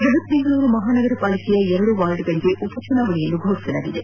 ಬೃಹತ್ ಬೆಂಗಳೂರು ಮಹಾನಗರ ಪಾಲಿಕೆಯ ಎರದು ವಾರ್ಡ್ಗಳಿಗೆ ಉಪಚುನಾವಣೆಯನ್ನು ಫೋಷಿಸಲಾಗಿದೆ